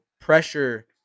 pressure